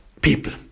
people